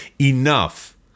enough